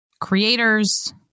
creators